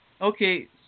Okay